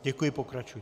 Děkuji, pokračujte.